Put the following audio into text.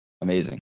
amazing